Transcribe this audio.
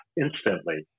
instantly